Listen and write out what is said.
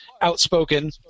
outspoken